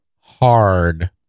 hard